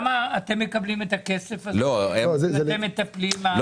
החלטת ממשלה שהיא מעל תקציב המדינה,